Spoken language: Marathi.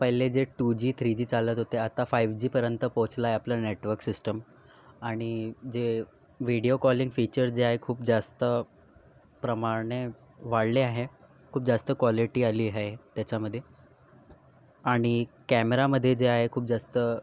पहिले जे टुजी थ्रीजी चालत होते आता फाईव्ह जीपर्यंत पोहोचलयं आपलं नेटवर्क सिस्टम आणि जे विडिओ कॉलिंग फिचर जे आहे खूप जास्त प्रमाणे वाढले आहे खूप जास्त क्वालिटी आली आहे त्याच्यामध्ये आणि कॅमेरामध्ये जे आहे खूप जास्त